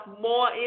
more